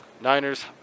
Niners